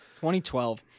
2012